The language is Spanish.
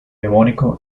devónico